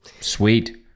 sweet